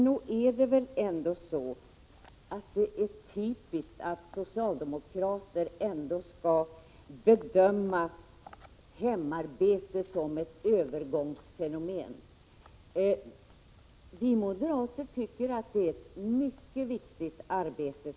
Nog är det typiskt att socialdemokrater skall bedöma hemarbete som ett övergångsfenomen. Vi moderater tycker att det är ett mycket viktigt arbete.